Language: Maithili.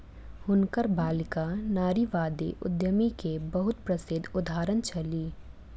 हुनकर बालिका नारीवादी उद्यमी के बहुत प्रसिद्ध उदाहरण छली